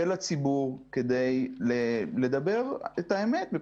של הציבור כדי לדבר את האמת.